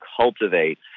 cultivate